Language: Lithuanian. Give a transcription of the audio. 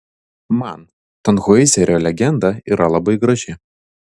man tanhoizerio legenda yra labai graži